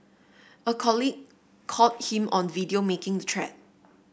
a colleague caught him on video making the threat